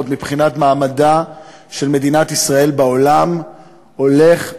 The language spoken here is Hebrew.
מבחינת מעמדה של מדינת ישראל בעולם הולך,